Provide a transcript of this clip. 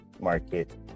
market